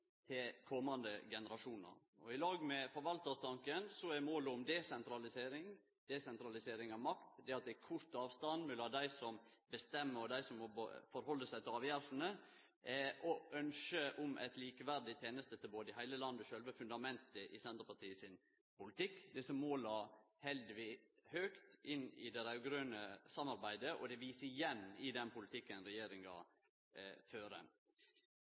til komande generasjonar. I lag med forvaltartanken er målet om desentralisering av makt og det at det er kort avstand mellom dei som bestemmer og dei som må halde seg til avgjerslene, og ynsket om eit likeverdig tenestetilbod i heile landet, sjølve fundamentet i Senterpartiet sin politikk. Desse måla held vi høgt inn i det raud-grøne samarbeidet, og det visast igjen i den politikken regjeringa